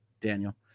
Daniel